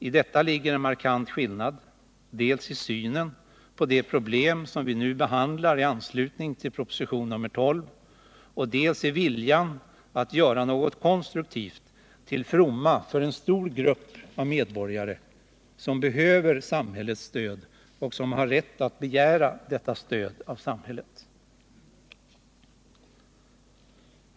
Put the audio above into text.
I detta ligger en markant skillnad dels i synen på de problem som vi nu behandlar i anslutning till propositionen 12, dels i viljan att göra något konstruktivt till fromma för en stor grupp av medborgare som behöver samhällets stöd och som har rätt att begära detta stöd av samhället.